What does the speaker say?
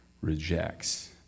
rejects